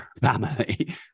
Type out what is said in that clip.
family